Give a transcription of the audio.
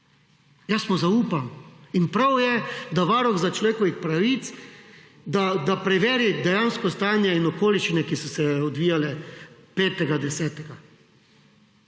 Jaz mu zaupam in prav je, da Varuh človekovih pravic, da preveri dejansko stanje in okoliščine, ki so se odvijale 5. 10.